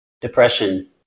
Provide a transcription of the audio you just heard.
depression